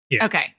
Okay